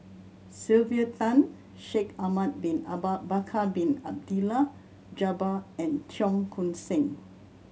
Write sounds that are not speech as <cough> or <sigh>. Sylvia Tan Shaikh Ahmad Bin <unintelligible> Bakar Bin Abdullah Jabbar and Cheong Koon Seng